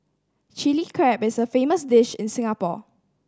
Chilli Crab is a famous dish in Singapore